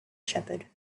shepherd